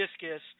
discus